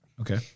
Okay